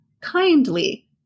kindly